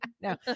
No